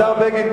השר בגין,